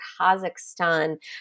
Kazakhstan